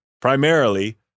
primarily